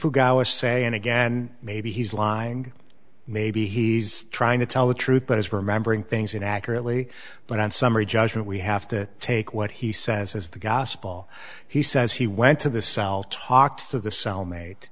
say and again maybe he's lying maybe he's trying to tell the truth but is remembering things inaccurately but on summary judgment we have to take what he says as the gospel he says he went to the south talked to the cellmate